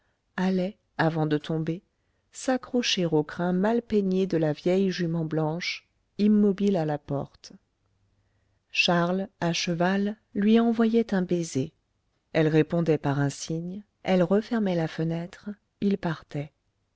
allait avant de tomber s'accrocher aux crins mal peignés de la vieille jument blanche immobile à la porte charles à cheval lui envoyait un baiser elle répondait par un signe elle refermait la fenêtre il partait